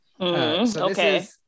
Okay